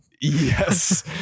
Yes